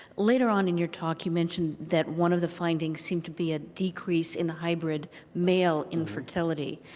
later on in your talk, you mentioned that one of the findings seemed to be a decrease in the hybrid male infertility.